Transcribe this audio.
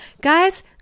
Guys